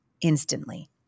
instantly